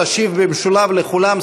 על כולן,